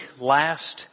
last